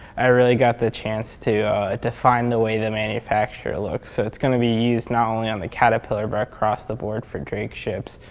i really got the chance to ah define the way the manufacturer looks. so it's going to be used not only on the caterpillar, but across the board for drake ships.